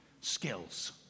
skills